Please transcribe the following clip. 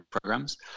programs